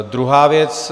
Druhá věc.